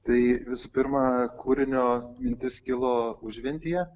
tai visų pirma kūrinio mintis kilo užventyje